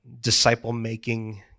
disciple-making